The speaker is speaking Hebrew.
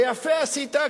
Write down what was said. ויפה עשית,